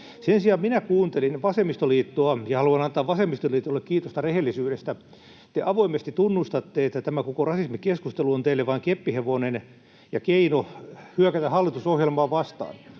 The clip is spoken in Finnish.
Sen sijaan minä kuuntelin vasemmistoliittoa ja haluan antaa vasemmistoliitolle kiitosta rehellisyydestä. Te avoimesti tunnustatte, että tämä koko rasismikeskustelu on teille vain keppihevonen ja keino hyökätä hallitusohjelmaa vastaan,